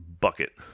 bucket